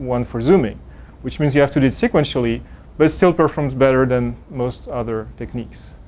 one for zooming which means you have to do sequentially but still performs better than most other techniques.